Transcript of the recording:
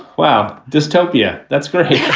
wow. dystopia that's great yeah